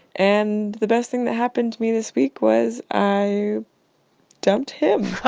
and the best thing that happened to me this week was i dumped him